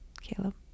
Caleb